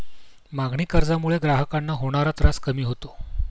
मागणी कर्जामुळे ग्राहकांना होणारा त्रास कमी होतो